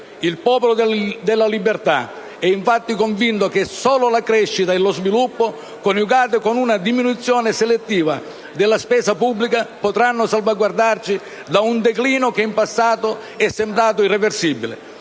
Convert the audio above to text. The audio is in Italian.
Il Popolo della Libertà è infatti convinto che solo la crescita e lo sviluppo, coniugate con una diminuzione selettiva della spesa pubblica, potranno salvaguardarci da un declino che in passato è sembrato irreversibile.